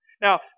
Now